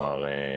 כלומר,